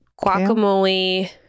guacamole